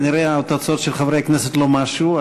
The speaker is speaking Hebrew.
כנראה התוצאות של חברי הכנסת לא משהו,